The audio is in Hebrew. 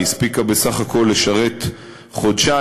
היא הספיקה בסך הכול לשרת חודשיים,